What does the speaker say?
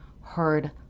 heard